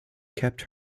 kept